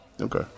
Okay